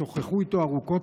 שוחחו איתו ארוכות,